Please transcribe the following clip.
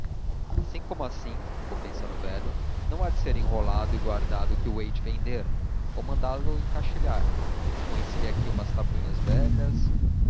assim como assim ficou pensando o velho não há de ser enrolado e guardado que o hei de vender vou mandá-lo encaixilhar põem se lhe aqui umas tabuinhas velhas